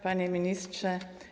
Panie Ministrze!